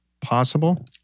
possible